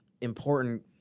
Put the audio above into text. important